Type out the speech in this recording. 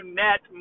net